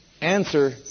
answer